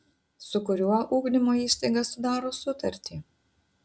su kuriuo ugdymo įstaiga sudaro sutartį